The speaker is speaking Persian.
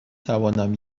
توانم